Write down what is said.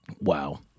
Wow